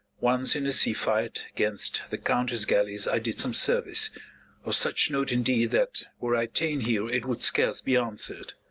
once, in a sea-fight, gainst the count his galleys i did some service of such note indeed, that, were i ta'en here, it would scarce be answer'd.